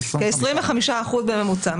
כ-25% בממוצע.